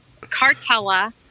Cartella